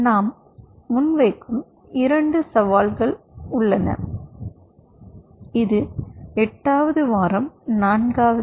நாம் முன்வைக்கும் 2 சவால்கள் உள்ளன இது 8 வது வாரம் 4 வது